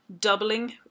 doubling